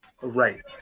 right